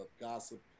gossip